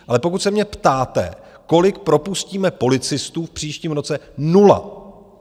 Ale pokud se mě ptáte, kolik propustíme policistů v příštím roce nula.